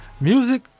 Music